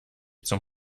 zum